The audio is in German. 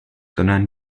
sondern